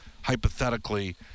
hypothetically